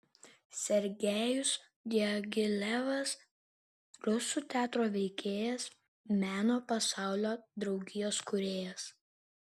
sergejus diagilevas rusų teatro veikėjas meno pasaulio draugijos kūrėjas